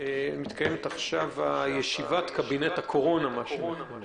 עכשיו ישיבת קבינט הקורונה.